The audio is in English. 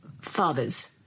father's